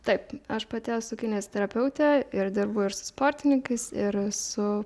taip aš pati esu kineziterapeutė ir dirbu ir su sportininkais ir su